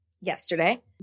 yesterday